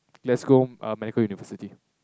Glasgow medical University